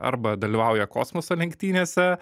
arba dalyvauja kosmoso lenktynėse